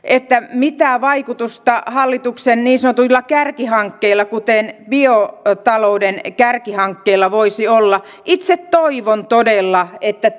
mitä vaikutusta hallituksen niin sanotuilla kärkihankkeilla kuten biotalouden kärkihankkeella voisi olla itse toivon todella että